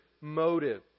motive